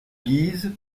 guise